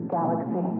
Galaxy